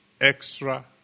extra